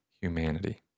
humanity